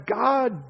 God